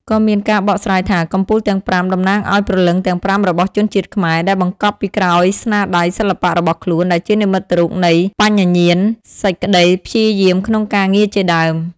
ក៏មានការបកស្រាយថា កំពូលទាំងប្រាំតំណាងឱ្យព្រលឹងទាំងប្រាំរបស់ជនជាតិខ្មែរ ដែលបង្កប់ពីក្រោយស្នាដៃសិល្បៈរបស់ខ្លួន ដែលជានិមិត្តរូបនៃ បញ្ញាញាណ សេចក្ដីព្យាយាមក្នុងការងារជាដើម។